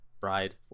bride